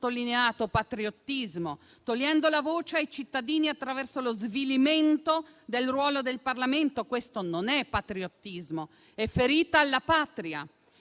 sottolineato patriottismo? Togliendo la voce ai cittadini attraverso lo svilimento del ruolo del Parlamento? Questo non è patriottismo: è ferita alla Patria.